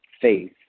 faith